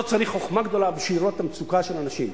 לא צריך חוכמה גדולה בשביל לראות את המצוקה של האנשים.